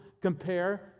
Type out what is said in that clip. compare